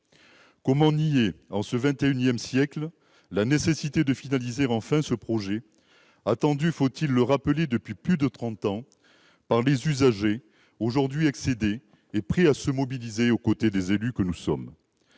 Comment nier, en ce XXI siècle, la nécessité de finaliser enfin ce projet, attendu depuis plus de trente ans par des usagers aujourd'hui excédés et prêts à se mobiliser au côté des élus que nous sommes